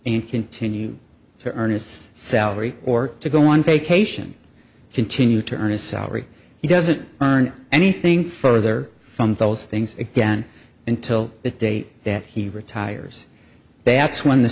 and continue to earn its salary or to go on vacation continue to earn his salary he doesn't earn anything further from those things again until the day that he retires bat's when the